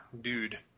dude